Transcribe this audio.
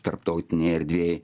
tarptautinėj erdvėj